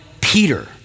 Peter